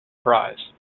prize